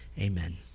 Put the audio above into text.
Amen